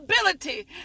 ability